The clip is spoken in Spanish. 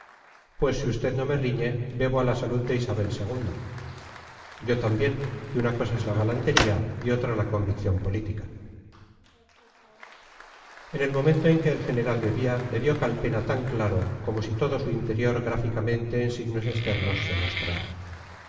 pues si usted no me riñe bebo a la salud de isabel ii yo también que una cosa es la galantería y otra la convicción política en el momento en que el general bebía le vio calpena tan claro como si todo su interior gráficamente en signos externos se mostrara